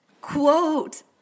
quote